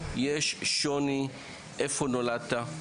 יש שוני לאיפה נולדת.